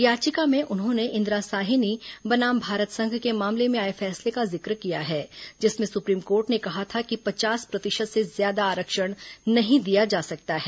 याचिका में उन्होंने इंदिरा साहिनी बनाम भारत संघ के मामले में आए फैसले का जिक्र किया है जिसमें सुप्रीम कोर्ट ने कहा था कि पचास प्रतिशत से ज्यादा आरक्षण नहीं दिया जा सकता है